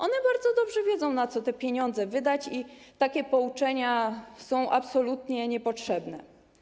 One bardzo dobrze wiedzą, na co te pieniądze wydać, i takie pouczenia są absolutnie niepotrzebne.